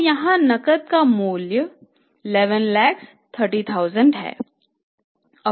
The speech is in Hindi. तो यहाँ नकद का मूल्य 1130 लाख है